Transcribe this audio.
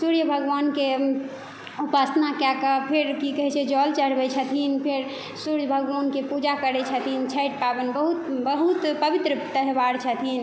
सूर्य भगवानके उपासना कएके फेर की कहै छै जल चढ़बै छथिन फेर सूर्य भगवानके पूजा करै छथिन छठि पावनि बहुत बहुत पवित्र त्यौहार छथिन